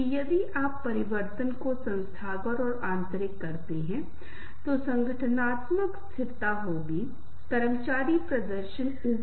इसलिए हमें कुछ लोगों की जरूरत है हमें कुछ संबंध विकसित करने हैं मैं उस मित्र के पास जा सकता हूं जब हम मुश्किलों में हैं जब हम कठिनाइयों से गुजर रहे होते हैं हम उनको याद करने की कोशिश करते हैं उससे संपर्क करते हैं